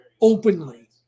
openly